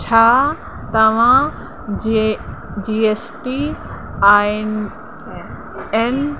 छा तव्हां जे जीएसटी आइन एन